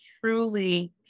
truly